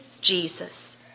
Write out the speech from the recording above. Jesus